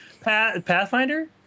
Pathfinder